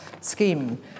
scheme